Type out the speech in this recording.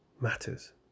matters